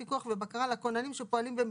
פיקוח ובקרה על הכוננים שפועלים במסגרתו".